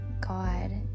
God